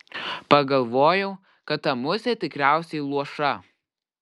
pagalvojau kad ta musė tikriausiai luoša